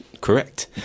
correct